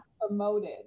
promoted